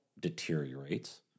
deteriorates